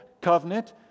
Covenant